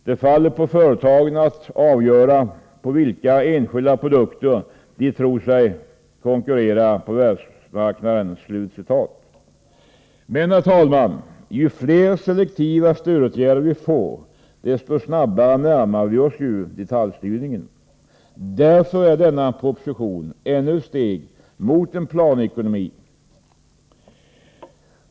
Det faller på företagen att avgöra med vilka enskilda produkter de tror sig konkurrera på världsmarknaden.” Men, herr talman, ju fler selektiva stödåtgärder vi får, desto snabbare närmar vi oss detaljstyrningen. Därför är denna proposition ännu ett steg mot en planekonomi.